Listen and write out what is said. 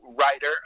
writer